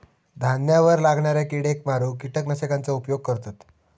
धान्यावर लागणाऱ्या किडेक मारूक किटकनाशकांचा उपयोग करतत